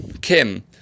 Kim